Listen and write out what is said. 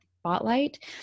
spotlight